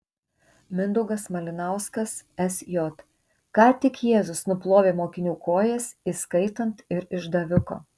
mindaugas malinauskas sj ką tik jėzus nuplovė mokinių kojas įskaitant ir išdaviko